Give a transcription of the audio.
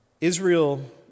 Israel